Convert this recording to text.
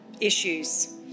issues